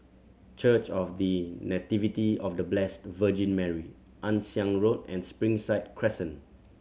Church of The Nativity of The Blessed Virgin Mary Ann Siang Road and Springside Crescent